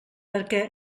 perquè